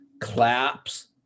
claps